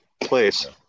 place